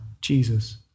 Jesus